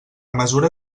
mesura